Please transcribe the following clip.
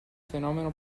fenomeno